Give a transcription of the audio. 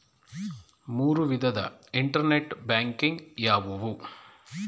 ಮೂರು ವಿಧದ internet banking ಯಾವುವು?